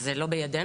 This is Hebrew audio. זה לא בידינו.